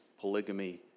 polygamy